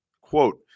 Quote